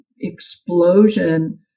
explosion